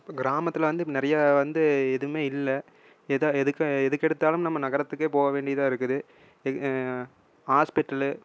இப்போ கிராமத்தில் வந்து இப்போ நிறையா வந்து எதுவுமே இல்லை எதுக்கெடுத்தாலும் நம்ம நகரத்துக்கே போக வேண்டியதாக இருக்குது ஆஸ்பிட்டலு